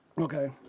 Okay